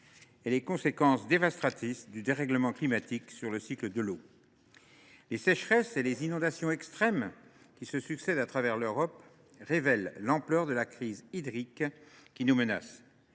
les conséquences dévastatrices du dérèglement climatique sur le cycle de l’eau. Les sécheresses et les inondations extrêmes qui se succèdent à travers l’Europe révèlent l’ampleur de la crise hydrique qui nous menace.